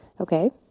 Okay